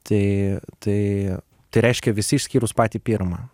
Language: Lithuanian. tai tai reiškia visi išskyrus patį pirmą